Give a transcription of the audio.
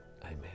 Amen